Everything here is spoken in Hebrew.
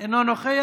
אינו נוכח,